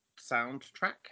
soundtrack